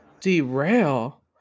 derail